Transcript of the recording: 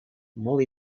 molt